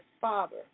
father